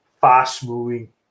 fast-moving